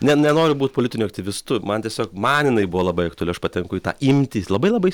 ne nenoriu būt politiniu aktyvistu man tiesiog man jinai buvo labai aktuali aš patenku į tą imtį labai labai